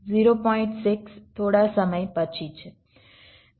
6 થોડા સમય પછી છે